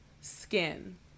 skin